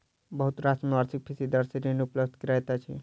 बहुत राष्ट्र में वार्षिक फीसदी दर सॅ ऋण उपलब्ध करैत अछि